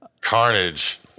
Carnage